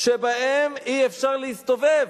שבהם אי-אפשר להסתובב.